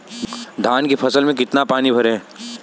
धान की फसल में कितना पानी भरें?